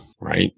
Right